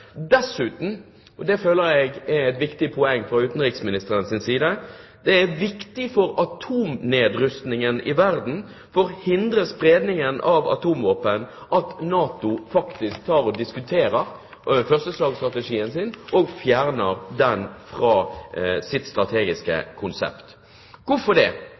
Dessuten – og det føler jeg er et viktig poeng fra utenriksministerens side – er det viktig for atomnedrustningen i verden for å hindre spredningen av atomvåpen at NATO faktisk diskuterer førsteslagsstrategien sin og fjerner den fra sitt strategiske konsept. Hvorfor det?